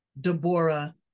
Deborah